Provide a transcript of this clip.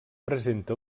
presenta